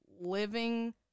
living